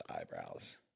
eyebrows